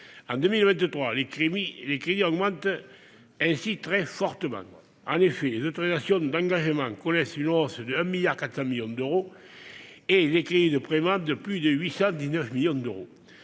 En 2023, ce budget augmente très fortement. En effet, les autorisations d'engagement connaissent une hausse de 1,4 milliard d'euros et les crédits de paiement de plus de 819 millions d'euros.